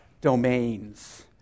domains